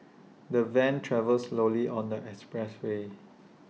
the van travelled slowly on the expressway